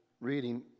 reading